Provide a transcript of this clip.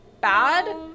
bad